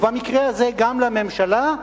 ובמקרה הזה גם לממשלה,